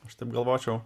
aš taip galvočiau